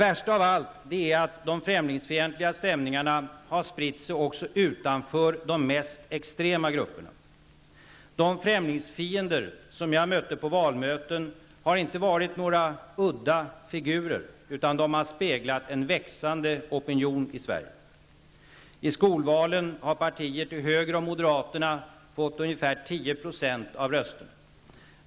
Värst av allt är att de främlingsfientliga stämningarna har spritt sig också utanför de mest extrema grupperna. De främlingsfiender som jag har mött ute på valmöten har inte varit några udda figurer, utan de har speglat en växande opinion i Sverige. I skolvalen har partier till höger om moderaterna fått ungefär 10 % av rösterna.